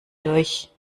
durch